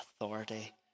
authority